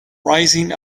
rising